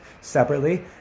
separately